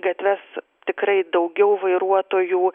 gatves tikrai daugiau vairuotojų